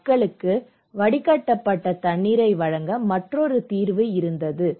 மக்களுக்கு வடிகட்டப்பட்ட தண்ணீரை வழங்க மற்றொரு தீர்வு இருந்தது